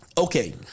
Okay